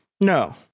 No